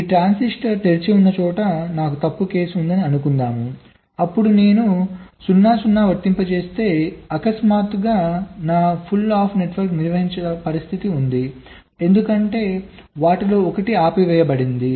ఈ ట్రాన్సిస్టర్ తెరిచి ఉన్న చోట నాకు తప్పు కేసు ఉందని అనుకుందాం అప్పుడు నేను 0 0 వర్తింపజేస్తే అకస్మాత్తుగా నా పుల్ అప్ నెట్వర్క్ నిర్వహించని పరిస్థితి ఉంది ఎందుకంటే వాటిలో ఒకటి ఆపివేయబడింది